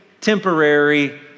temporary